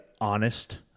honest